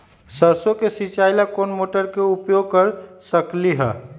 सरसों के सिचाई ला कोंन मोटर के उपयोग कर सकली ह?